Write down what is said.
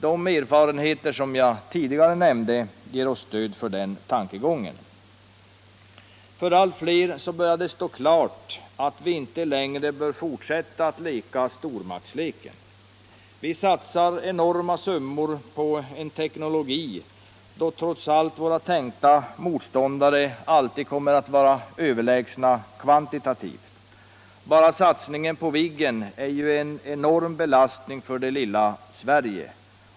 Tidigare nämnda erfarenheter ger oss stöd för den tankegången. För allt fler börjar det nu stå klart att vi inte längre bör fortsätta att leka stormaktsleken. Vi satsar enorma summor på en teknologi, där trots allt våra tänkta motståndare alltid kommer att vara överlägsna kvan titativt. Bara satsningen på Viggen är ju en enorm belastning för det lilla Sverige.